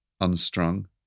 unstrung